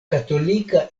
katolika